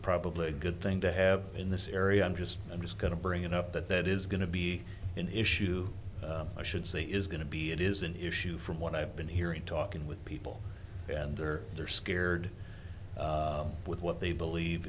probably a good thing to have in this area i'm just i'm just going to bring it up but that is going to be an issue i should say is going to be it is an issue from what i've been hearing talking with people and they're they're scared with what they believe